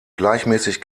gleichmäßig